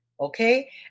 Okay